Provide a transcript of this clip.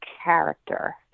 character